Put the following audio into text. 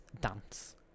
dance